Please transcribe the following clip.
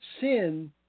sin